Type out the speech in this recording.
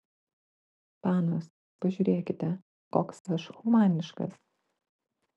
panos pažiūrėkite koks aš humaniškas